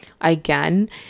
again